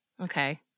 Okay